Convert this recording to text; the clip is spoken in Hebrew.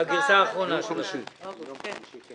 של יום חמישי.